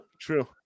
True